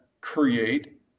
create